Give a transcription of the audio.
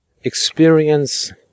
experience